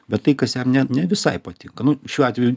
bet tai kas jam ne visai patiktų šiuo atveju